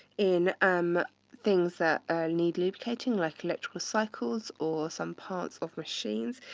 in um things that need lubricating, like electrical cycles, or some parts of machines.